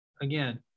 again